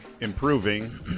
improving